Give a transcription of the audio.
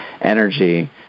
energy